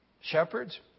Shepherds